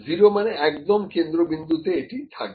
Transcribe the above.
0 মানে একদম কেন্দ্রবিন্দুতে এটা থাকবে